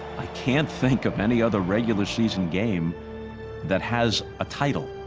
i can't think of any other regular season game that has a title,